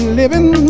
living